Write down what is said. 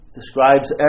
describes